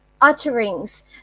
utterings